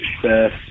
success